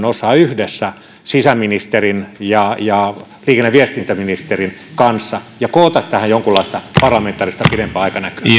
osaa yhdessä sisäministerin ja liikenne ja viestintäministerin kanssa ja koota tähän jonkunlaista pidempää parlamentaarista aikanäkymää